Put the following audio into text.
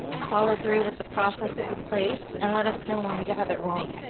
follow through with the processes in place, and let us know when we have it wrong.